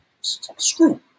Screw